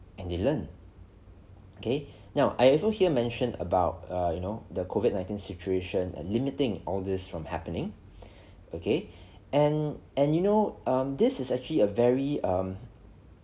and they learn okay now I also hear mentioned about err you know the COVID nineteen situation and limiting all this from happening okay and and you know um this is actually a very um